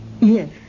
Yes